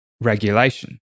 regulation